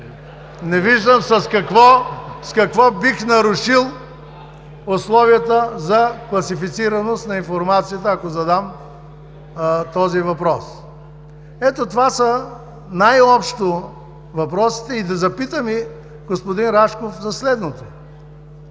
Не виждам с какво бих нарушил условията за класифицираност на информацията, ако задам този въпрос. Това са най-общо въпросите. Да запитам господин Рашков и за следното: